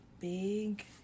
big